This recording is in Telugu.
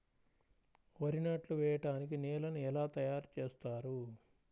వరి నాట్లు వేయటానికి నేలను ఎలా తయారు చేస్తారు?